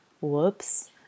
whoops